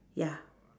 ya